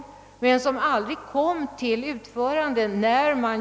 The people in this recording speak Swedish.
Projektet kom emellertid aldrig till utförande.